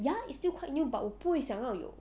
ya is still quite new but 我不会想要有